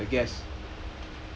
the gas ah the gas